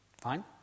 Fine